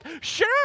sure